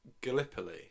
Gallipoli